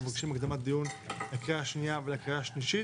אנחנו מבקשים הקדמת דיון לקריאה השנייה ולקריאה השלישית,